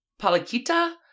Palakita